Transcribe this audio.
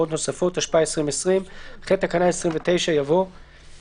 אז אתה מציע שנפתח בתי כנסת רק בשביל ברית?